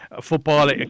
football